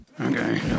okay